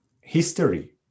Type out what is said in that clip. history